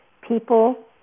people